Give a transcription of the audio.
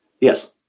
Yes